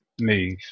move